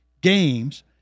games